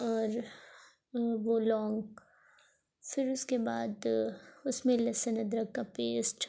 اور وہ لونگ پھر اس کے بعد اس میں لہسن ادرک کا پیسٹ